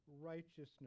righteousness